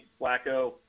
Flacco